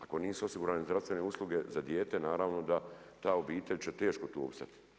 Ako nisu osigurane zdravstvene usluge za dijete, naravno da ta obitelj će teško tu opstati.